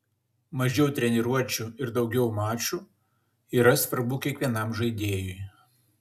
mažiau treniruočių ir daugiau mačų yra svarbu kiekvienam žaidėjui